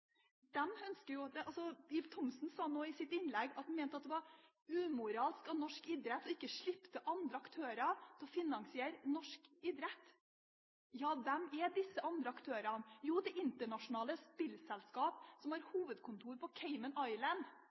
Ib Thomsen sa nå i sitt innlegg at han mente at det var «umoralsk av norsk idrett ikke å slippe til andre aktører» for å finansiere norsk idrett. Ja, hvem er disse andre aktørene? Jo, det er internasjonale spillselskap som har hovedkontor på Cayman